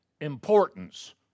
importance